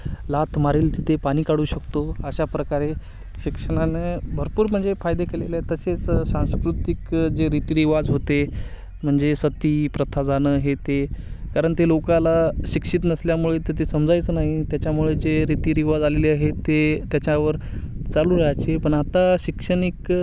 लाथ मारील तिथे पाणी काढू शकतो अशा प्रकारे शिक्षणानं भरपूर म्हणजे फायदे केलेले आहेत तसेच सांस्कृतिक जे रीतिरिवाज होते म्हणजे सती प्रथा जाणं हे ते कारण ते लोकाला शिक्षित नसल्यामुळे तर ते समजायचं नाही त्याच्यामुळे जे रीतिरिवाज आलेले आहेत ते त्याच्यावर चालू राहायचे पण आत्ता शैक्षणिक